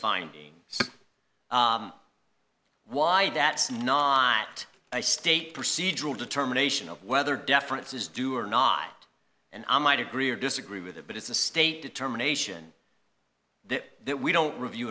finding so why that's not a state procedural determination of whether deference is due or not and i might agree or disagree with it but it's the state determination that we don't review